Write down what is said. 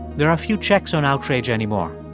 there are few checks on outrage anymore.